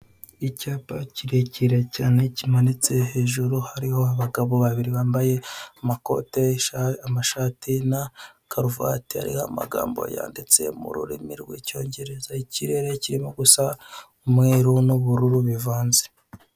Icyapa kirekire cyane kimanitse hejuru hariho abagabo babiri bambaye amakote, amashati na karuvati, hariho amagambo yanditse mu rurimi rw'icyongereza, ikirere kirimo gusa umweru n'ubururu bivanze .